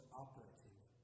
operative